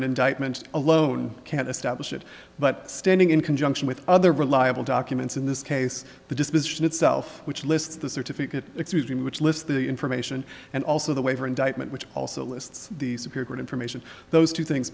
an indictment alone can establish it but standing in conjunction with other reliable documents in this case the disposition itself which lists the certificate which lists the information and also the waiver indictment which also lists the secure good information those two things